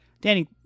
danny